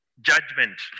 judgment